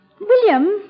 William